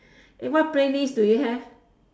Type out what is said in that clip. eh what playlist do you have